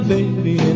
baby